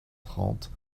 trente